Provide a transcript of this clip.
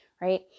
right